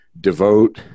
devote